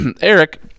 Eric